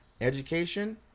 Education